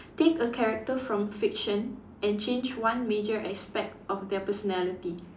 take a character from fiction and change one major aspect of their personality